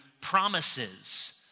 promises